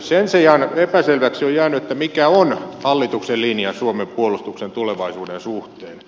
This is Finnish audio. sen sijaan epäselväksi on jäänyt mikä on hallituksen linja suomen puolustuksen tulevaisuuden suhteen